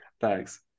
thanks